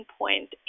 point